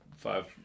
five